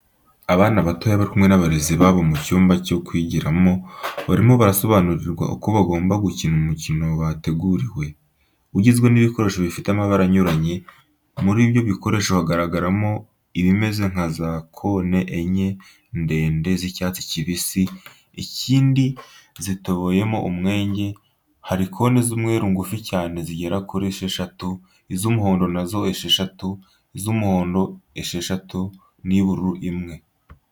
Abana batoya bari kumwe n'abarezi babo mu cyumba cyo kwigiramo, barimo barasobanurirwa uko bagomba gukina umukino bateguriwe, ugizwe n'ibikoresho bifite amabara anyuranye, muri ibyo bikoresho haragaragaramo ibimeze nka za kone enye ndende z'icyatsi kibisi, ikindi zitoboyemo imyenge, hari kone z'umweru ngufi cyane zigera kuri esheshatu, iz'umuhondo na zo esheshatu, iz'umuhondo esheshatu n'iy'ubururu imwe.